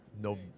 no